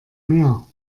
mehr